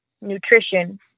nutrition